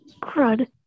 crud